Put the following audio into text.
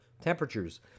temperatures